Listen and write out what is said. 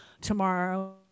tomorrow